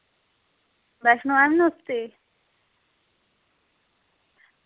Swati ma'am नमस्ते